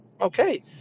okay